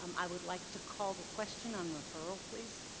um i would like to call the question on referral, please.